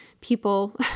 people